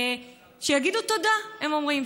שיגידו תודה, הם אומרים.